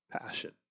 Passion